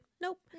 nope